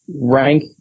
rank